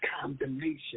condemnation